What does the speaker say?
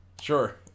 Sure